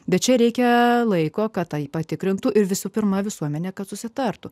bet čia reikia laiko kad tai patikrintų ir visų pirma visuomenę kad susitartų